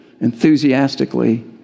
enthusiastically